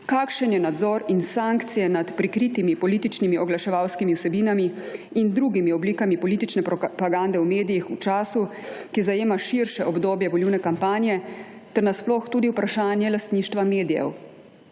kakšen je nadzor in sankcije nad prikritimi političnimi oglaševalskimi vsebinami in drugimi oblikami politične propagande v medijih v času, ki zajema širše obdobje volilne kampanje ter na sploh tudi vprašanje lastništva medijev.